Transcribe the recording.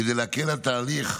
כדי להקל על התהליך,